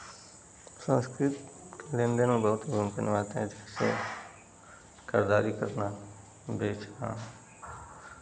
संस्कृत लेन देन में बहुत भूमिका निभाती है जैसे खरीदारी करना बेचना